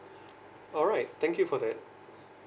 alright thank you for that